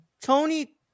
tony